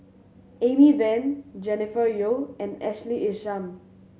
Amy Van Jennifer Yeo and Ashley Isham